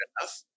enough